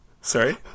Sorry